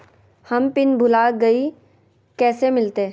हम पिन भूला गई, कैसे मिलते?